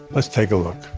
let's take a look,